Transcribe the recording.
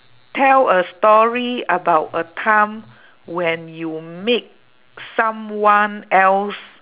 tell a story about a time when you made someone else